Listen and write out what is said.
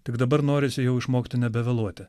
tik dabar norisi jau išmokti nebevėluoti